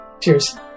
Cheers